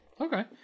okay